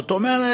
זאת אומרת,